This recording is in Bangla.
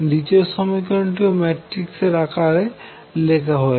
দ্বিতীয় সমীকরণটিও ম্যাট্রিক্স আকারে লেখা হয়েছে